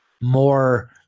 more